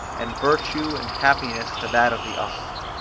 and virtue and happiness to that of the other.